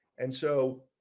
and so.